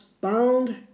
bound